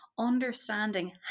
understanding